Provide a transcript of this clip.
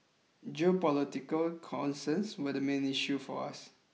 geopolitical concerns were the main issue for us